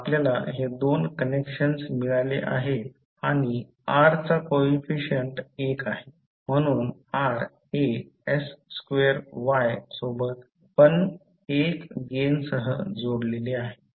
तर आपल्याला हे दोन कनेक्शन्स मिळाले आहेत आणि r चा कोइफिसिएंट एक आहे म्हणून r हे s2y सोबत 1 गेन सह जोडलेले आहे